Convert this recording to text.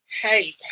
Hey